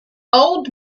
old